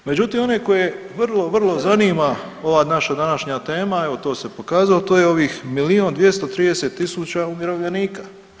Međutim, one koje vrlo, vrlo zanima ova naša današnja tema, evo to se pokazalo, to je ovih milijun 230 tisuća umirovljenika.